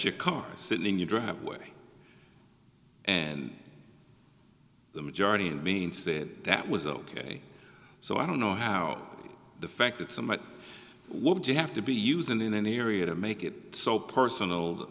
ir car sitting in a driveway and the majority of the being said that was ok so i don't know how the fact that somebody would you have to be used in an area to make it so personal